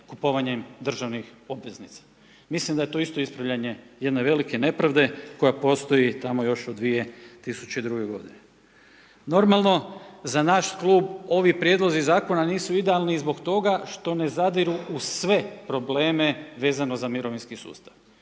kupovanjem državnih obveznica. Mislim da je to isto ispravljanje jedne velike nepravde koja postoji tamo još od 2002. godine. Normalno, za naš klub ovi prijedlozi zakona nisu idealni i zbog toga što ne zadiru u sve probleme vezano za mirovinskih sustav.